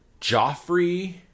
Joffrey